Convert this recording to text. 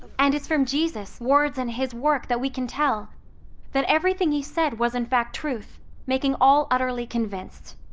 and it's from jesus' words and his work that we can tell that everything he said was in fact truth, making all utterly convinced.